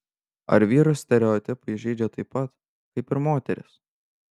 ar vyrus stereotipai žeidžia taip pat kaip ir moteris